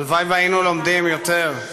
הלוואי שהיינו לומדים יותר,